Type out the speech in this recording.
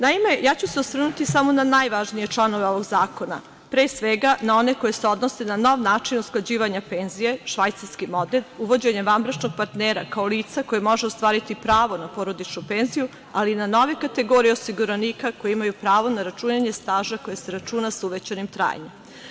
Naime, osvrnuću se samo na najvažnije članove ovog zakona, pre svega, na one koji se odnose na nov način usklađivanja penzija, švajcarski model, uvođenjem vanbračnog partnera, kao lica koje može ostvariti pravo na porodičnu penziju, ali i na nove kategorije osiguranika koji imaju pravo na računanje staža koji se računa sa uvećanim trajanjem.